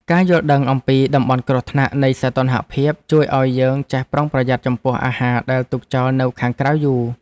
ការយល់ដឹងអំពីតំបន់គ្រោះថ្នាក់នៃសីតុណ្ហភាព ជួយឱ្យយើងចេះប្រុងប្រយ័ត្នចំពោះអាហារដែលទុកចោលនៅខាងក្រៅយូរ។